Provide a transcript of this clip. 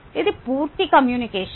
అది పూర్తి కమ్యూనికేషన్